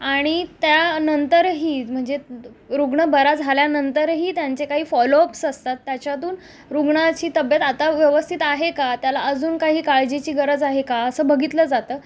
आणि त्यानंतरही म्हणजे रुग्ण बरा झाल्यानंतरही त्यांचे काही फॉलोअप्स असतात त्याच्यातून रुग्णाची तब्येत आता व्यवस्थित आहे का त्याला अजून काही काळजीची गरज आहे का असं बघितलं जातं